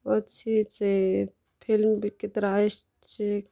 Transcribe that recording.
ଅଛି ସେ ଫିଲ୍ମ୍ ବି କେତେଟା ଆଇଛେ